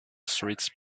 streets